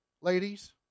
Ladies